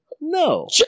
no